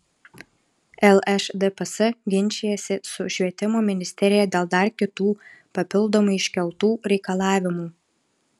lšdps ginčijasi su švietimo ministerija dėl dar kitų papildomai iškeltų reikalavimų